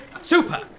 Super